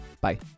Bye